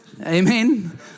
Amen